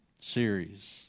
series